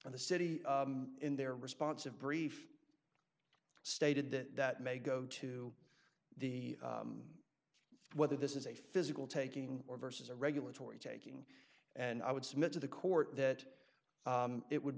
on the city in their response of brief stated that that may go to the whether this is a physical taking or versus a regulatory taking and i would submit to the court that it would